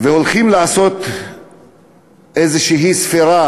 והולכים לעשות איזו ספירה,